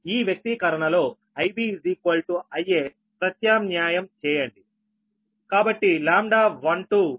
ఈ వ్యక్తీకరణలో Ib Ia ప్రత్యామ్నాయం చేయండి కాబట్టి λ12 0